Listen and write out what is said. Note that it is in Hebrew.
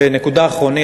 ונקודה אחרונה.